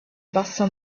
bassa